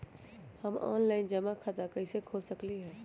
हम ऑनलाइन जमा खाता कईसे खोल सकली ह?